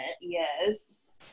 yes